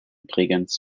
bregenz